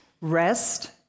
rest